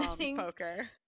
poker